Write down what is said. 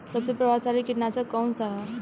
सबसे प्रभावशाली कीटनाशक कउन सा ह?